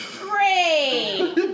Great